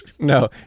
no